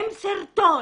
עם סרטון